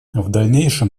дальнейшем